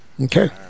Okay